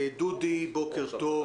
בוקר טוב.